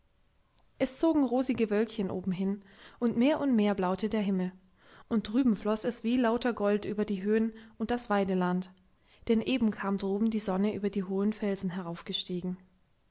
es zogen rosige wölkchen oben hin und mehr und mehr blaute der himmel und drüben floß es wie lauter gold über die höhen und das weideland denn eben kam droben die sonne über die hohen felsen